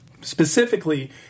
specifically